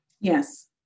Yes